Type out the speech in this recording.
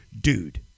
Dude